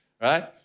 right